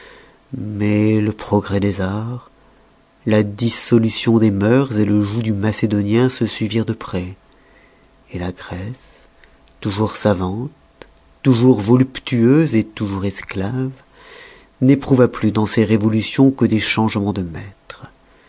mais le progrès des arts la dissolution des mœurs le joug du macédonien se suivirent de près la grèce toujours savante toujours voluptueuse toujours esclave n'éprouva plus dans ses révolutions que des changemens de maîtres